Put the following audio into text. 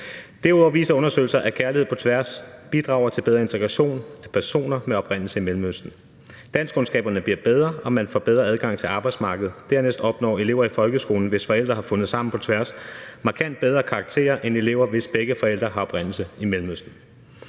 viser undersøgelser, at kærlighed på tværs bidrager til bedre integration af personer med oprindelse i Mellemøsten. Danskkundskaberne bliver bedre, og man får bedre adgang til arbejdsmarkedet. Dernæst opnår elever i folkeskolen, hvis forældre har fundet sammen på tværs, markant bedre karakterer end elever, hvis forældre begge har oprindelse i Mellemøsten.